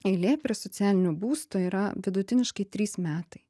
eilė prie socialinio būsto yra vidutiniškai trys metai